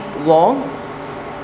long